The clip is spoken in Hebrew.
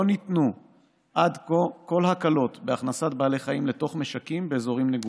לא ניתנו עד כה כל הקלות בהכנסת בעלי חיים לתוך משקים באזורים נגועים.